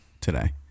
today